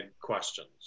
questions